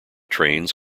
trains